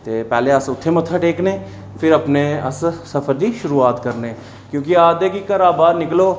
ते पैह्लें अस उत्थै मत्था टेकने फिर अपने अस सफर दी शुरूआत करने क्योंकि आखदे कि घरूं बाह्र निकलो